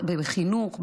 בחינוך,